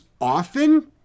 often